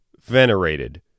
venerated